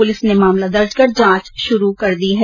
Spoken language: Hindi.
पुलिस ने मामला दर्ज कर जांच शुरू कर दी है